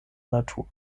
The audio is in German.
natur